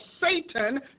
Satan